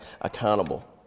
accountable